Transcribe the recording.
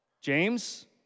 James